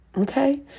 Okay